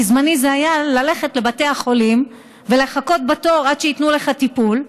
בזמני זה היה ללכת לבתי החולים ולחכות בתור עד שייתנו לך טיפול,